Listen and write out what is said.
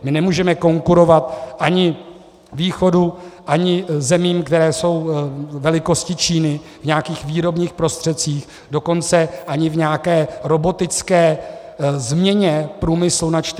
My nemůžeme konkurovat ani východu, ani zemím, které jsou velikosti Číny, v nějakých výrobních prostředcích, dokonce ani v nějaké robotické změně průmyslu na 4.0.